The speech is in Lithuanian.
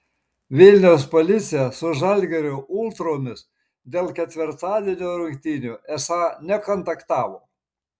vilniaus policija su žalgirio ultromis dėl ketvirtadienio rungtynių esą nekontaktavo